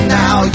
now